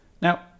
Now